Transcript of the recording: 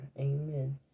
Amen